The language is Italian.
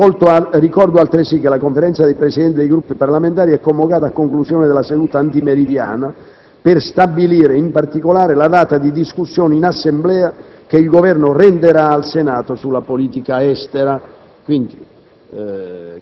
Comunico altresì che la Conferenza dei Presidenti dei Gruppi parlamentari è convocata a conclusione della seduta antimeridiana, per stabilire, in particolare, la data di discussione delle comunicazioni che il Governo renderà al Senato sulla politica estera.